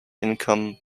income